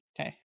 Okay